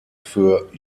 für